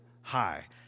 high